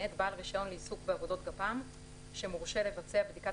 מאת בעל רישיון לעיסוק בעבודות גפ"מ שמורשה לבצע בדיקת